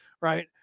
Right